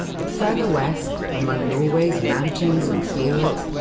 but further west among norway's mountains and fjords,